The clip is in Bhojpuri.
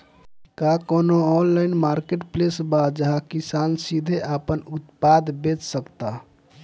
का कोनो ऑनलाइन मार्केटप्लेस बा जहां किसान सीधे अपन उत्पाद बेच सकता?